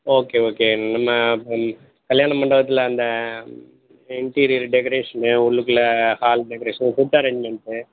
okay okay நம்ம அந் கல்யாண மண்டபத்தில் அந்த இ இண்ட்டீரியர் டெக்கரேஷன்னு உள்ளுக்குள்ளே ஹால் டெக்கரேஷன்னு ஃபுட் அரேஞ்ச்மெண்ட்ஸ்